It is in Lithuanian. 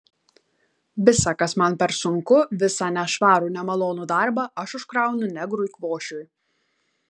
visa kas man per sunku visą nešvarų nemalonų darbą aš užkraunu negrui kvošiui